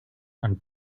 and